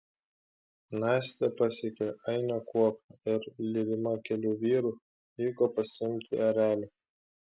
nastė pasiekė ainio kuopą ir lydima kelių vyrų vyko pasiimti erelio